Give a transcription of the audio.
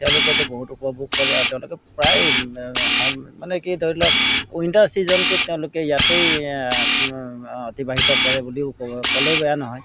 তেওঁলোকেতো বহুত উপভোগ কৰে আৰু তেওঁলোকে প্ৰায় মানে কি ধৰি লওক উইণ্টাৰ ছিজনটোত তেওঁলোকে ইয়াতেই অতিবাহিত কৰে বুলিও ক'লেও বেয়া নহয়